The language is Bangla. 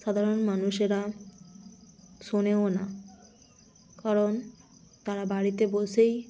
সাধারণ মানুষেরা শোনেও না কারণ তারা বাড়িতে বসেই